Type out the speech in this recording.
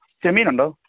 ചെമ്മീനുണ്ടോ